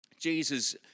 Jesus